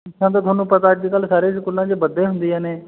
ਫੀਸਾਂ ਤਾਂ ਤੁਹਾਨੂੰ ਪਤਾ ਅੱਜ ਕੱਲ੍ਹ ਸਾਰੇ ਸਕੂਲਾਂ 'ਚ ਵੱਧ ਏ ਹੁੰਦੀਆਂ ਨੇ